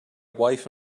wife